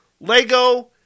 Lego